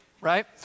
right